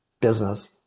business